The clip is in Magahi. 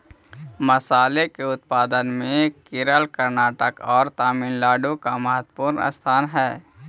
मसाले के उत्पादन में केरल कर्नाटक और तमिलनाडु का महत्वपूर्ण स्थान हई